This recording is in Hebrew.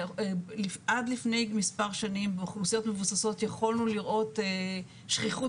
עד לפני מספר שנים באוכלוסיות מבוססות יכולנו לראות שכיחות